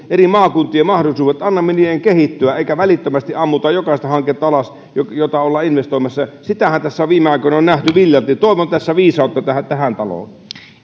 eri maakuntien mahdollisuudet ja annamme niiden kehittyä eikä välittömästi ammuta alas jokaista hanketta johon ollaan investoimassa sitähän tässä on viime aikoina nähty viljalti toivon tässä viisautta tähän tähän taloon